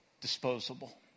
disposable